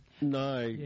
No